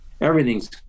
everything's